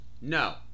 no